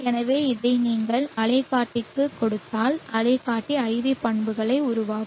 எனவே இதை நீங்கள் அலைக்காட்டிக்கு கொடுத்தால் அலைக்காட்டி IV பண்புகளை உருவாக்கும்